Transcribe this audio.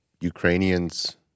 ukrainians